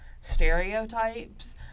stereotypes